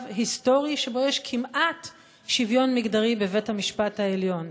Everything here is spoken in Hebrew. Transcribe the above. היסטורי שבו יש כמעט שוויון מגדרי בבית-המשפט העליון.